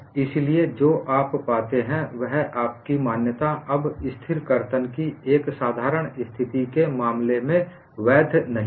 इसलिए जो आप पाते हैं वह आपकी मान्यता अब स्थिर कर्तन की एक साधारण स्थिति के मामले में भी वैैध नहीं है